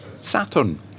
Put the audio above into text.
Saturn